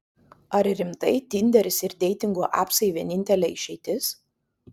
ar rimtai tinderis ir deitingų apsai vienintelė išeitis